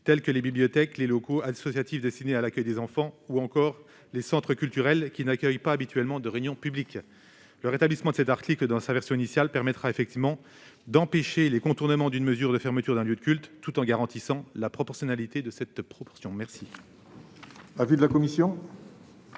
tels que les bibliothèques, les locaux associatifs destinés à l'accueil des enfants ou encore les centres culturels, qui n'accueillent pas habituellement de réunions publiques. Le rétablissement de l'article 2 dans sa rédaction initiale permettra d'empêcher les contournements d'une mesure de fermeture d'un lieu de culte, tout en garantissant la proportionnalité de la disposition. Quel